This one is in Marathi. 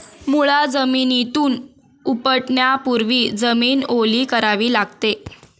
मुळा जमिनीतून उपटण्यापूर्वी जमीन ओली करावी लागते